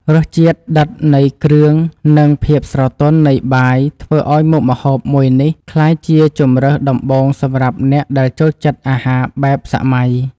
រសជាតិដិតនៃគ្រឿងនិងភាពស្រទន់នៃបាយធ្វើឱ្យមុខម្ហូបមួយនេះក្លាយជាជម្រើសដំបូងសម្រាប់អ្នកដែលចូលចិត្តអាហារបែបសម័យ។